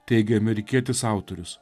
teigė amerikietis autorius